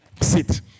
sit